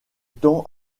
temps